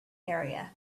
area